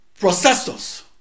processors